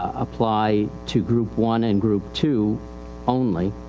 apply to group one and group two only.